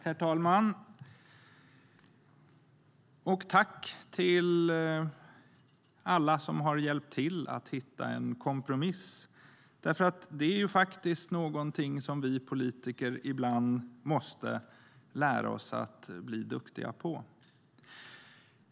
Herr talman! Jag tackar alla som hjälpt till att hitta en kompromiss. Det är faktiskt någonting som vi politiker ibland måste lära oss att bli duktiga på.